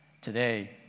Today